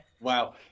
Wow